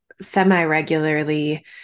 semi-regularly